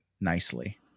nicely